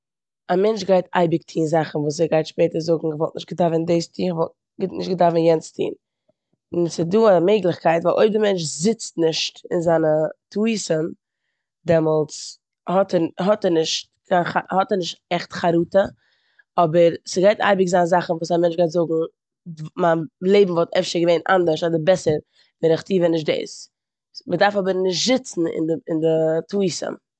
א מענטש גייט אייביג טון זאכן וואס ער גייט שפעטער זאגן כ'וואלט נישט געדארפט ווען דאס טון, כ'וואלט ני- נישט געדארפט ווען יענס טון. און ס'דא א מעגליכקייט ווייל אויב די מענטש זיצט נישט אין זיינע טעותים דעמאלטס האט ע- האט ער נישט האט ער נישט עכט חרטה אבער ס'גייט אייביג זיין זאכן וואס א מענטש גייט זאגן מיין לעבן וואלט אפשר געווען אנדערש אדער בעסער ווען איך טו ווען נישט דאס. מ'דארף אבער נישט זיצן אין די- אין די טעותים.